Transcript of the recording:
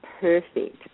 perfect